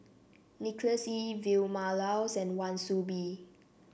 Nicholas Ee Vilma Laus and Wan Soon Bee